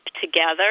together